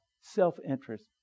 self-interest